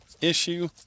issue